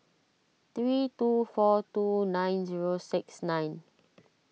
three two four two nine zero six nine